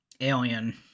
alien